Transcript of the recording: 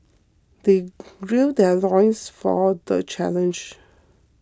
they gird their loins for the challenge